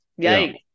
yikes